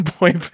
boy